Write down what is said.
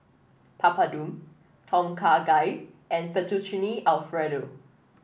Papadum Tom Kha Gai and Fettuccine Alfredo